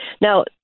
Now